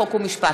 חוק ומשפט.